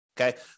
Okay